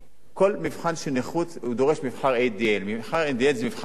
כל מבחן של נכות דורש מבחן ADL. מבחן ADL הוא מבחן תפקוד.